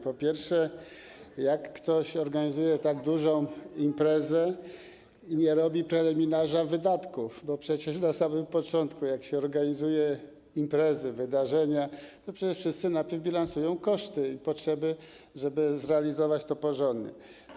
Po pierwsze, ktoś organizuje tak dużą imprezę i nie robi preliminarza wydatków, bo przecież na samym początku, jak się organizuje imprezy, wydarzenia, to wszyscy bilansują koszty i potrzeby, żeby zrealizować to porządnie.